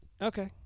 Okay